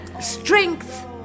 strength